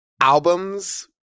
albums